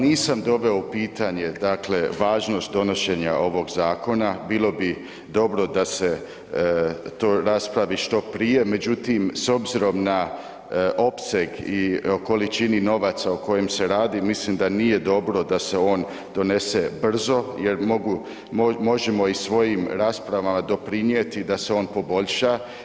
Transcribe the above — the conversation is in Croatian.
Nisam doveo u pitanje dakle važnost donošenja ovog zakona, bilo bi dobro da se to raspravi što prije međutim s obzirom na opseg i o količini novaca o kojem se radi mislim da nije dobro da se on donese brzo jer mogu, možemo i svojim raspravama doprinijeti da se on poboljša.